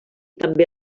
també